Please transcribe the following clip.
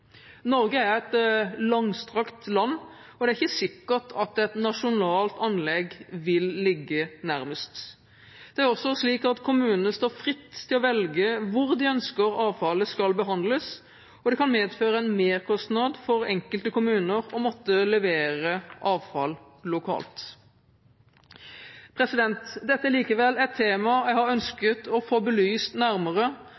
Norge er et langstrakt land, og det er ikke sikkert at et nasjonalt anlegg vil ligge nærmest. Det er jo også slik at kommunene står fritt til å velge hvor de ønsker at avfallet skal behandles, og det kan medføre en merkostnad for enkelte kommuner å måtte levere avfall lokalt. Dette er likevel et tema jeg har ønsket å få belyst nærmere,